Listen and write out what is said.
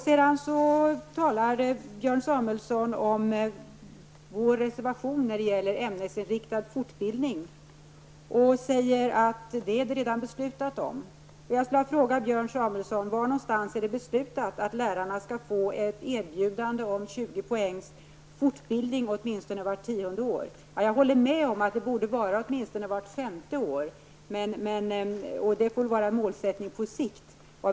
Sedan talar Björn Samuelson om vår reservation när det gäller ämnesinriktad fortbildning. Han säger att det redan är beslutat om detta. Var någonstans är det beslutat att lärarna skall få ett erbjudande om 20 poängs fortbildning åtminstone vart tionde år, Björn Samuelson? Jag håller med om att det borde vara åtminstone vart femte år, och det får väl vara en målsättning på sikt.